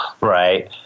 right